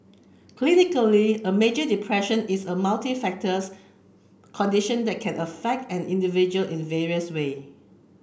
pretty clinically major depression is a condition and can affect an individual in various way